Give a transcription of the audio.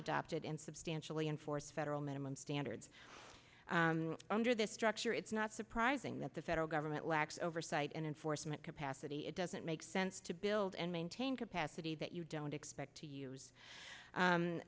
adopted and substantially enforce federal minimum standards under this structure it's not surprising that the federal government lacks oversight and enforcement capacity it doesn't make sense to build and maintain capacity that you don't expect to use